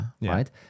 right